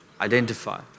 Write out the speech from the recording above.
Identify